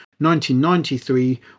1993